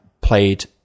played